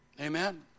Amen